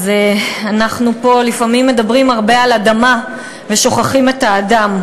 אנחנו פה לפעמים מדברים הרבה על אדמה ושוכחים את האדם.